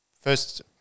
first